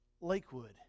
Lakewood